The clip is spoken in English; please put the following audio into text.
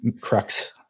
crux